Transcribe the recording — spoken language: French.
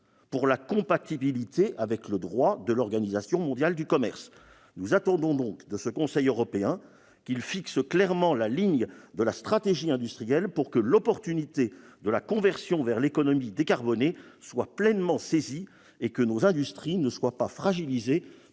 aussi de compatibilité avec le droit de l'OMC. Nous attendons donc de ce Conseil européen qu'il fixe clairement la ligne de la stratégie industrielle pour que l'opportunité de la conversion vers l'économie décarbonée soit pleinement saisie et que nos industries ne soient pas fragilisées